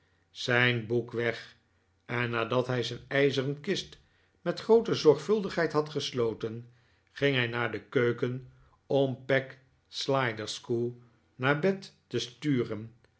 zijn boek weg en nadat hij zijn ijzeren kist met groote zorgvuldigheid had gesloten ging hij naar de keuken om peg sliderskew naar bed te sturen